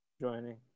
Joining